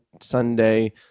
Sunday